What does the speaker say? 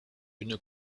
une